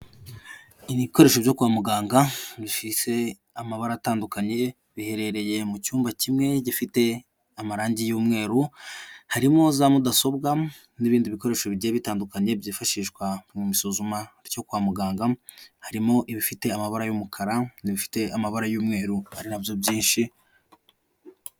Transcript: Ibikoresho byo kwa muganga bifise amabara atandukanye ye biherereye mu cyumba kimwe gifite amarangi y'umweru, harimo za mudasobwa n'ibindi bikoresho bigiye bitandukanye byifashishwa mu isuzuma ryo kwa muganga, harimo ibifite amabara y'umukara n'ibifite amabara y'umweru akaba ari nabyo byinshi.